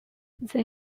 they